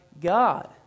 God